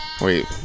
Wait